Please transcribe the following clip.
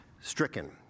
stricken